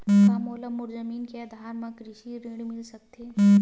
का मोला मोर जमीन के आधार म कृषि ऋण मिल सकत हे?